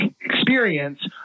experience